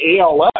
ALS